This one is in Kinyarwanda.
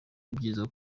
byiza